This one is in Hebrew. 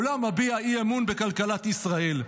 העולם מביע אי-אמון בכלכלת ישראל.